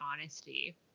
honesty